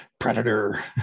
predator